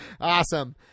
Awesome